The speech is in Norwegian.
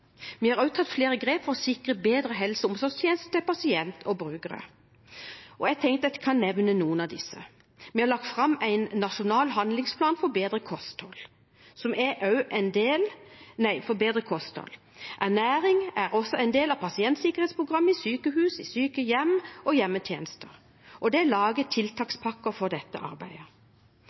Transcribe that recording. Vi har også tatt flere grep for å sikre bedre helse- og omsorgstjenester til pasienter og brukere. Jeg tenkte at jeg kunne nevne noen av disse: Vi har lagt fram en nasjonal handlingsplan for bedre kosthold. Ernæring er også en del av pasientsikkerhetsprogrammet i sykehus, sykehjem og hjemmetjenesten, og det er laget tiltakspakker for dette arbeidet. Fra 2017 har vi fått kvalitetsindikatorer for ernæring og legemiddelgjennomgang, og det